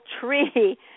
tree